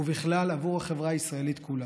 ובכלל עבור החברה הישראלית כולה.